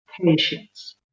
patience